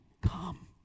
come